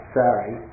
sorry